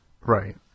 Right